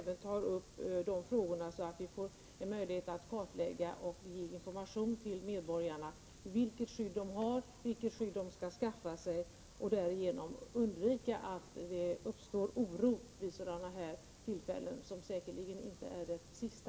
Det är viktigt att vi gör denna kartläggning och kan ge information till medborgarna om vilket skydd de har och vilket skydd de kan skaffa sig, så att vi kan undvika att det uppstår oro vid sådana här tillfällen — detta är säkerligen inte det sista.